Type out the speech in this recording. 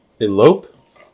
elope